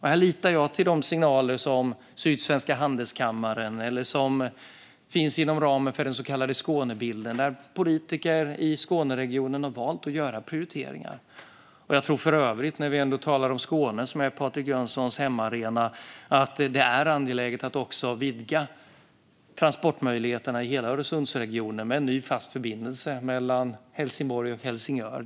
Här litar jag till de signaler som Sydsvenska Handelskammaren ger eller som finns inom ramen för den så kallade Skånebilden, där politiker i Skåneregionen har valt att göra prioriteringar. När vi ändå talar om Skåne, som är Patrik Jönssons hemmaarena, är det angeläget att också vidga transportmöjligheterna i hela Öresundsregionen med en ny fast förbindelse mellan Helsingborg och Helsingör.